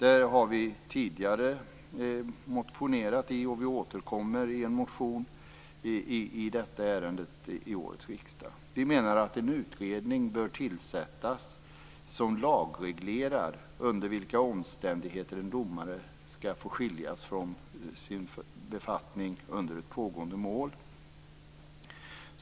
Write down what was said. Vi har tidigare motionerat i frågan, och vi återkommer med en motion i ärendet i år. Vi menar att en utredning bör tillsättas som lagreglerar under vilka omständigheter en domare skall få skiljas från sin befattning under pågående mål.